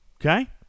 Okay